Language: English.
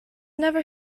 never